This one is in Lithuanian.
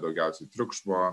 daugiausiai triukšmavo